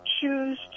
choose